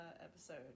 episode